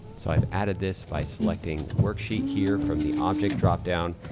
so i've added this by selecting worksheet here from the object dropdown,